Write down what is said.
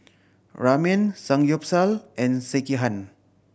Ramen Samgyeopsal and Sekihan